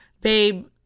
Babe